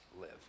live